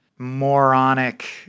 moronic